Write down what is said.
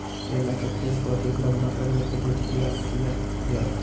केला के पेड़ को अधिक लंबा करने के लिए किया किया जाए?